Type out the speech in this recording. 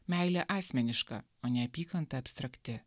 meilė asmeniška o neapykanta abstrakti